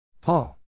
Paul